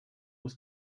was